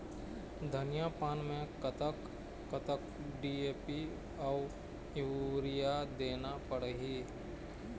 धनिया पान मे कतक कतक डी.ए.पी अऊ यूरिया देना पड़ही?